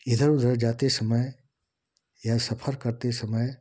इधर उधर जाते समय या सफर करते समय